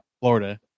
Florida